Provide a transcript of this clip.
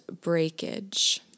Breakage